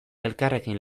elkarrekin